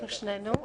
אנחנו שנינו,